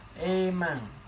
Amen